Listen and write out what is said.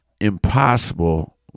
impossible